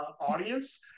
audience